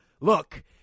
look